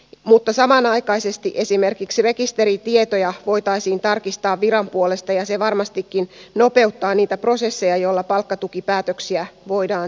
mutta samanaikaisesti esimerkiksi rekisteritietoja voitaisiin tarkistaa viran puolesta ja se varmastikin nopeuttaa niitä prosesseja joilla palkkatukipäätöksiä voidaan tehdä